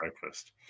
Breakfast